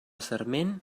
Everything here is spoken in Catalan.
sarment